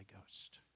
Ghost